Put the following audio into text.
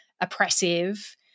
oppressive